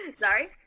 Sorry